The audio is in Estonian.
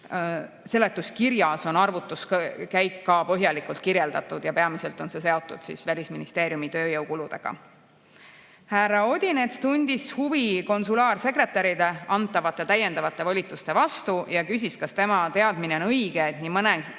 Seletuskirjas on arvutuskäik ka põhjalikult kirjeldatud ja peamiselt on see seotud Välisministeeriumi tööjõukuludega. Härra Odinets tundis huvi konsulaarsekretäridele antavate täiendavate volituste vastu ja küsis, kas tema teadmine on õige, et nii mõneski